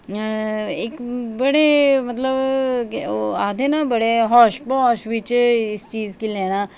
इक बड़े मतलब ओह आखदे न बड़े हाश बाश बिच इस चीज गी लैना